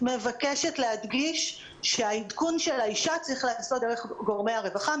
ואני מבקשת להדגיש שהעדכון של האישה צריך להיעשות דרך גורמי הרווחה.